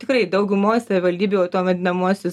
tikrai daugumos savivaldybių tuo vadinamuosius